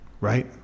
right